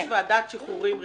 יש ועדת שחרורים רגילה,